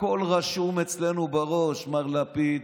הכול רשום אצלנו בראש, מר לפיד,